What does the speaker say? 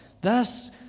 Thus